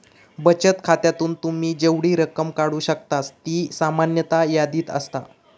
बचत खात्यातून तुम्ही जेवढी रक्कम काढू शकतास ती सामान्यतः यादीत असता